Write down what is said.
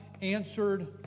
answered